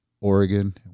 Oregon